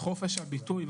חופש הביטוי.